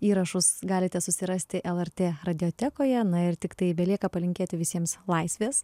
įrašus galite susirasti lrt radiotekoje na ir tiktai belieka palinkėti visiems laisvės